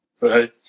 Right